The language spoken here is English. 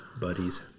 buddies